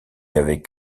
avec